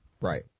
Right